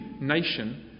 nation